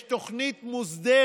יש תוכנית מוסדרת